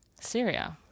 Syria